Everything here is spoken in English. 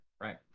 right